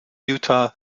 utah